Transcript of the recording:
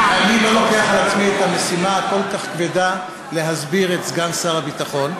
אני לא לוקח על עצמי את המשימה הכל-כך כבדה להסביר את סגן שר הביטחון.